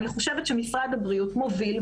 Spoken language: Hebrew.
אני חושבת שמשרד הבריאות מוביל,